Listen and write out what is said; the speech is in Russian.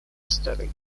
старик